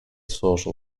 social